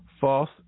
false